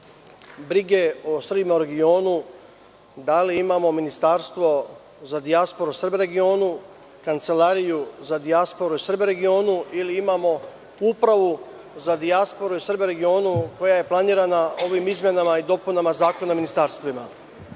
brige o Srbima u regionu da li imamo ministarstvo za dijasporu i Srbe u regionu, Kancelariju za dijasporu i Srbe u regionu ili imamo upravu za dijasporu i Srbe u regionu, koja je planirana ovim izmenama i dopunama Zakona o ministarstvima. Imali